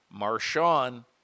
Marshawn